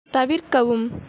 தவிர்க்கவும்